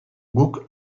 guk